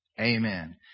Amen